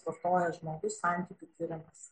vartoja žmogus santykių tyrimas